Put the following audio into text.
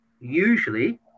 usually